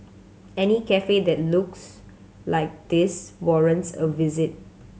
any cafe that looks like this warrants a visit